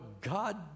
God